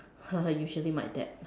usually my dad